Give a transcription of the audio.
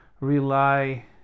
rely